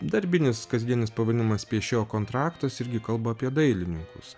darbinis kasdienis pavadinimas piešėjo kontraktas irgi kalba apie dailininkus